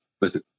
Listen